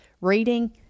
reading